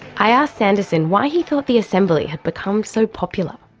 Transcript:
i asked sanderson why he thought the assembly had become so popular.